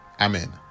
Amen